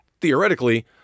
theoretically